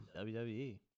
WWE